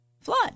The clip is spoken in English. flood